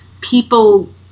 people